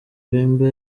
bemba